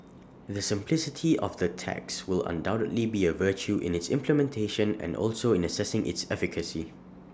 the simplicity of the tax will undoubtedly be A virtue in its implementation and also in assessing its efficacy